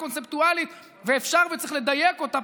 קונספטואלית ואפשר וצריך לדייק אותה,